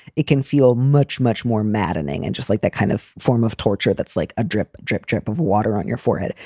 it can feel much, much more maddening. and just like that kind of form of torture. that's like a drip, drip, drip of water on your forehead.